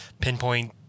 pinpoint